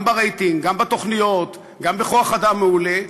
גם ברייטינג, גם בתוכניות, גם בכוח-אדם מעולה.